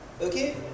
Okay